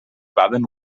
baden